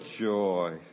joy